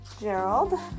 Gerald